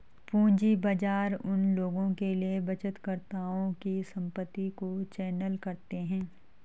पूंजी बाजार उन लोगों के लिए बचतकर्ताओं की संपत्ति को चैनल करते हैं